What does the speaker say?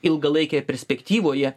ilgalaikėje perspektyvoje